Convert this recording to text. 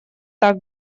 так